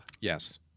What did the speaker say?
Yes